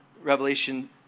Revelation